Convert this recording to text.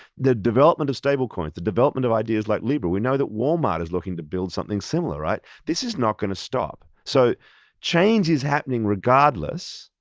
the development of stable coins, the development of ideas like libra. we know that walmart is looking to build something similar. um this is not going to stop, so change is happening regardless.